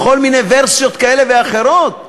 בכל מיני ורסיות כאלה ואחרות.